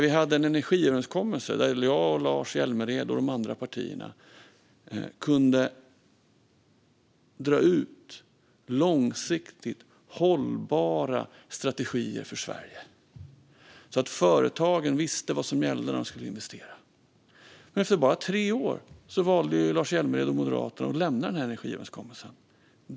Vi hade en energiöverenskommelse där jag, Lars Hjälmered och alla partier kunde dra upp långsiktigt hållbara strategier för Sverige så att företagen visste vad som gällde när de skulle investera, men för bara tre år sedan valde Lars Hjälmered och Moderaterna att lämna energiöverenskommelsen.